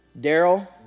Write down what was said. Daryl